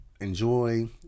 enjoy